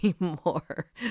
anymore